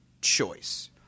choice